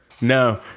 No